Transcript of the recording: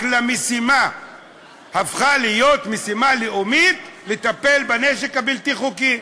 למשימה שהפכה להיות משימה לאומית: לטפל בנשק הבלתי-חוקי.